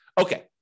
Okay